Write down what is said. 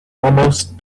almost